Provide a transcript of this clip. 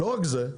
לא רק זה,